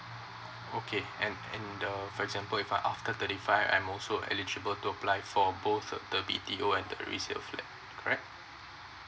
okay and and the for example if after thirty five I'm also eligible to apply for both the B_T_O and the resale flat correct